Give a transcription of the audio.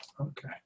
Okay